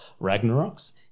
Ragnaroks